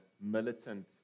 militant